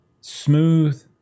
smooth